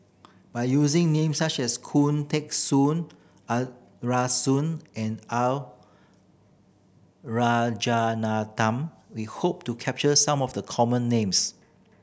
by using names such as Khoo Teng Soon Arasu and R Rajaratnam we hope to capture some of the common names